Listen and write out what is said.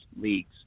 leagues